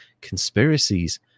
conspiracies